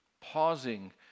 Pausing